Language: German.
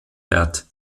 wert